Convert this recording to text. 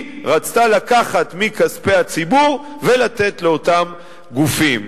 רצתה לקחת מכספי הציבור ולתת לאותם גופים.